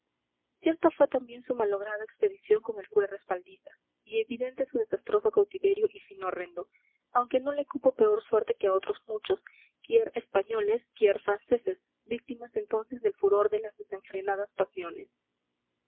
cierta fue también su malograda expedición con el cura respaldiza y evidente su desastroso cautiverio y fin horrendo aunque no le cupo peor suerte que a otros muchos quier españoles quier franceses víctimas entonces del furor de las desenfrenadas pasiones